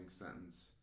sentence